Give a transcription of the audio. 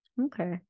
okay